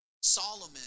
Solomon